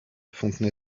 fontenay